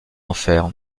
enfer